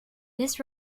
this